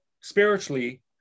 spiritually